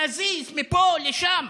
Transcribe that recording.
להזיז מפה לשם.